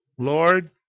Lord